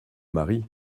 mari